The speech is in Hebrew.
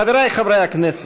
חברי חברי הכנסת,